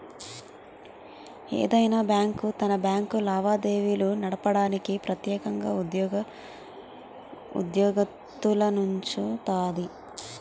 ఏదైనా బ్యాంకు తన బ్యాంకు లావాదేవీలు నడపడానికి ప్రెత్యేకంగా ఉద్యోగత్తులనుంచుతాది